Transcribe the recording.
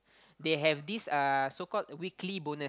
they have this uh so called weekly bonus